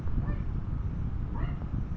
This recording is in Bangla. শস্য বিমা করার উপকারীতা?